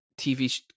TV